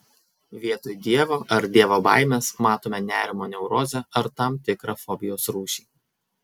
vietoj dievo ar dievo baimės matome nerimo neurozę ar tam tikrą fobijos rūšį